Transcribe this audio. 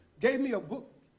gave me a book,